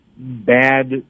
Bad